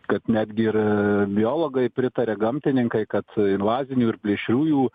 kad netgi ir aaa biologai pritaria gamtininkai kad invazinių ir plėšriųjų